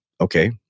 okay